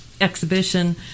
exhibition